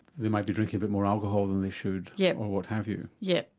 they might be drinking a bit more alcohol than they should, yeah or what have you? yes,